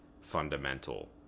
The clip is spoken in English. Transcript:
fundamental